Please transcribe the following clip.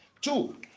Two